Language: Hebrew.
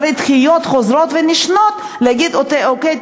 אחרי דחיות חוזרות ונשנות: אוקיי,